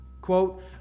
Quote